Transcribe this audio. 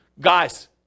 guys